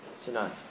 tonight